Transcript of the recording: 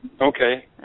Okay